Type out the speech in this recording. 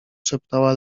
szeptała